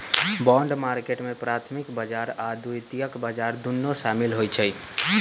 bond market में प्राथमिक बजार आऽ द्वितीयक बजार दुन्नो सामिल होइ छइ